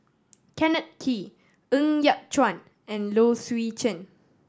Kenneth Kee Ng Yat Chuan and Low Swee Chen